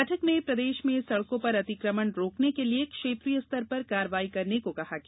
बैठक में प्रदेश में सड़कों पर अतिक्रमण रोकने के लिये क्षेत्रीय स्तर पर कार्यवाही करने को कहा गया